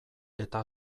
eta